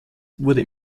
wurde